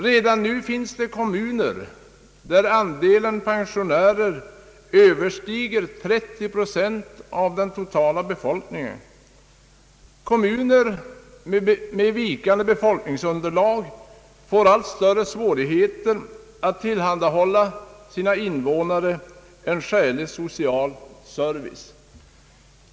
Redan nu finns det kommuner där andelen pensionärer överstiger 30 procent av den totala befolkningen. Kommuner med vikande befolkningsunderlag får allt större svårigheter att tillhandahålla sina invånare en skälig kommunal service.